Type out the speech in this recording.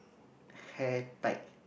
hair tied